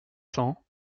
cents